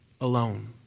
alone